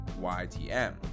YTM